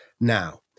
now